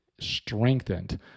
strengthened